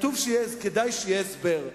כדאי שיהיה הסבר,